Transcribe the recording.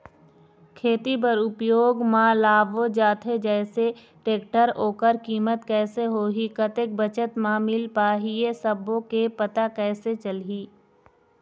खेती बर उपयोग मा लाबो जाथे जैसे टेक्टर ओकर कीमत कैसे होही कतेक बचत मा मिल पाही ये सब्बो के पता कैसे चलही?